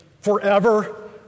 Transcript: forever